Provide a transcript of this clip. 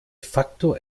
facto